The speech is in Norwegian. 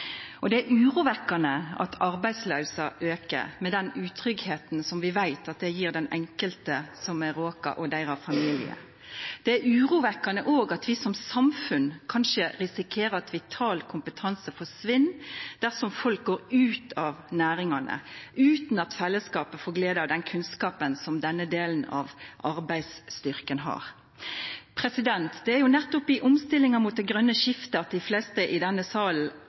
jul. Det er urovekkjande at arbeidsløysa aukar, med den utryggleiken som vi veit at det gjev den enkelte som er råka, og deira familiar. Det er òg urovekkjande at vi som samfunn kanskje risikerer at vital kompetanse forsvinn dersom folk går ut av næringane, utan at fellesskapet får glede av den kunnskapen som denne delen av arbeidsstyrken har. Det er nettopp i omstillingar mot det grøne skiftet, som dei fleste i denne salen